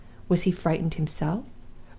was he frightened himself,